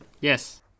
Yes